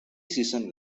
season